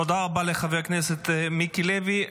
תודה רבה לחבר הכנסת מיקי לוי.